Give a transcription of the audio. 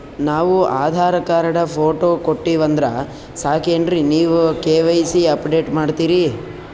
ನಾವು Aadhaar card, photo ಕೊಟ್ಟೀವಂದ್ರ ಸಾಕೇನ್ರಿ ನೀವ ಕೆ.ವೈ.ಸಿ ಅಪಡೇಟ ಮಾಡ್ತೀರಿ?